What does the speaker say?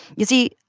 you see,